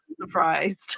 surprised